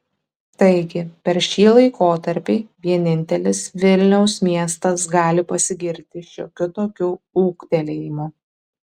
taigi per šį laikotarpį vienintelis vilniaus miestas gali pasigirti šiokiu tokiu ūgtelėjimu